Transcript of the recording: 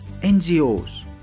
NGOs